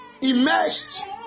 immersed